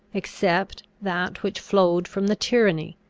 except that which flowed from the tyranny,